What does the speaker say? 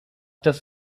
das